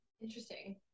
Interesting